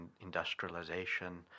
industrialization